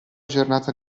giornata